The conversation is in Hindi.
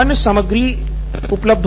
नितिन कुरियन सामान्य सामग्री जहां पर